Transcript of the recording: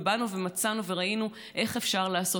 ובאנו ומצאנו וראינו איך אפשר לעשות.